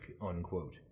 unquote